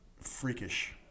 freakish